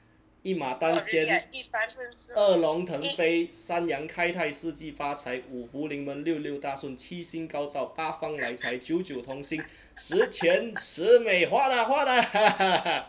一马当先二龙腾飞三羊开泰四季发财五福临门六六大顺七星高照八方来财九九同心十全十美 huat ah huat ah